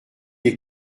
les